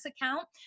account